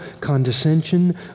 condescension